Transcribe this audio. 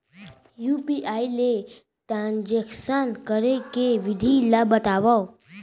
UPI ले transaction करे के विधि ला बतावव?